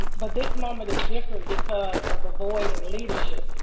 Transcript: but this moment is different, because of the void in leadership.